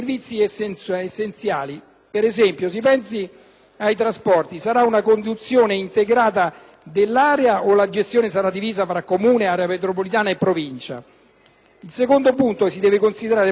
ad esempio ai trasporti: sarà una conduzione integrata dell'area o la gestione sarà divisa fra Comune, area metropolitana, Provincia? In secondo luogo, si deve considerare la questione finanziaria.